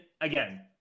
again